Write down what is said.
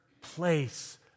place